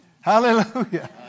Hallelujah